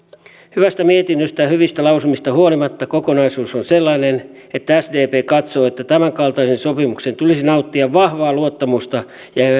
hyvästä mietinnöstä ja hyvistä lausumista huolimatta kokonaisuus on sellainen että sdp katsoo että tämänkaltaisen sopimuksen tulisi nauttia vahvaa luottamusta